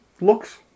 looks